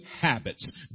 habits